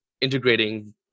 integrating